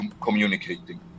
communicating